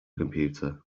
computer